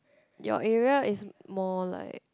your area is more like